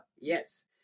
yes